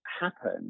happen